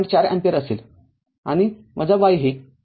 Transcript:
४ ampere असेल आणि y हे ३